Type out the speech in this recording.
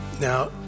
Now